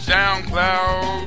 SoundCloud